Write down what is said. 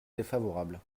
défavorable